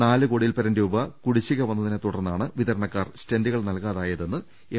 നാല് കോടിയിൽപ്പരം രൂപ കുടിശ്ശിക വന്നതിനെത്തു ടർന്നാണ് വിതരണക്കാർ സ്റ്റെന്റുകൾ നൽകാതായതെന്ന് എം